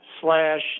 slash